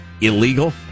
illegal